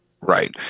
Right